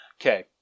Okay